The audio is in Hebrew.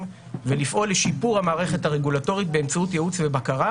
ולפעול לשיפור המערכת הרגולטורית באמצעות ייעוץ ובקרה,